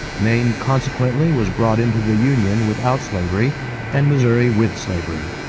maine consequently was brought into the union without slavery and missouri with slavery.